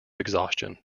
exhaustion